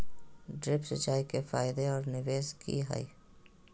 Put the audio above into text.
Drip सिंचाई के फायदे और निवेस कि हैय?